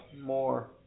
More